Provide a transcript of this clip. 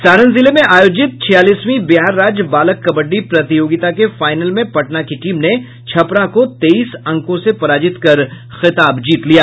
सारण जिले में आयोजित छियालीसवीं बिहार राज्य बालक कबड्डी प्रतियोगिता के फाइनल में पटना की टीम ने छपरा को तेईस अंकों से पराजित कर खिताब जीत लिया